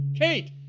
Kate